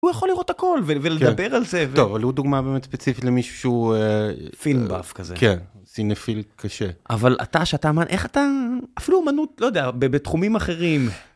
הוא יכול לראות הכל ולדבר על זה. טוב, אולי עוד דוגמה באמת ספציפית למישהו שהוא... film buff כזה. כן, סינפיל קשה. אבל אתה, שאתה אמן, איך אתה... אפילו אמנות, לא יודע, בתחומים אחרים.